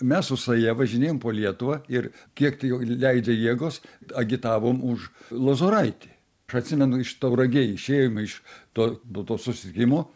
mes su saja važinėjom po lietuvą ir kiek tai jau leidžia jėgos agitavom už lozoraitį aš atsimenu iš tauragėj išėjome iš to dėl to susitikimo